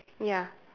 ya